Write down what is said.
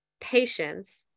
Patience